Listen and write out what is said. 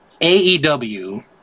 AEW